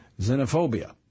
xenophobia